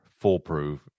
foolproof